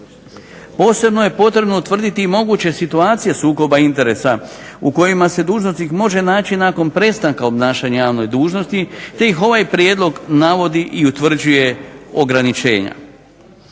Posebno je potrebno utvrditi moguće situacije sukoba interesa u kojima se dužnosnik može naći nakon prestanka obnašanja javne dužnosti, te ih ovaj prijedlog navodi i utvrđuje ograničenja.